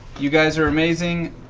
you guys are amazing.